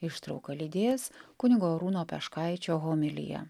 ištrauką lydės kunigo arūno peškaičio homilija